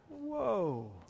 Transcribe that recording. Whoa